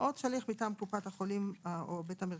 או שליח מטעם קופת החולים או בית המרקחת.